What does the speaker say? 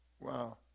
Wow